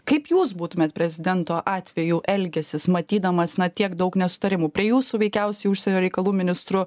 kaip jūs būtumėt prezidento atveju elgęsis matydamas na tiek daug nesutarimų prie jūsų veikiausiai užsienio reikalų ministru